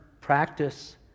practice